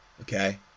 Okay